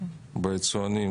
ביצואנים,